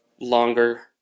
longer